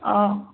অঁ